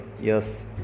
yes